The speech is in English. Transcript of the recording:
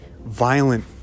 violent